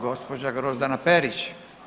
Gđa. Grozdana Perić.